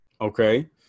Okay